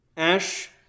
Ash